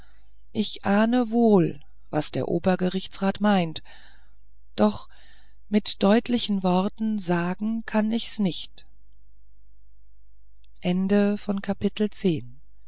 ich ahne wohl was der obergerichtsrat meint doch mit deutlichen worten sagen kann ich's nicht